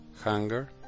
hunger